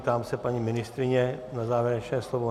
Ptám se paní ministryně na závěrečné slovo.